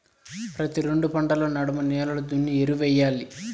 ప్రతి రెండు పంటల నడమ నేలలు దున్ని ఎరువెయ్యాలి